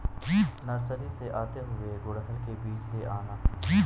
nursery से आते हुए गुड़हल के बीज ले आना